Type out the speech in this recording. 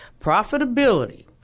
profitability